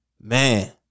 Man